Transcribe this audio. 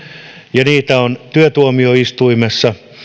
ja niitä on työtuomioistuimessa